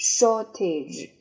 Shortage